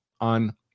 on